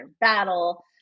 Battle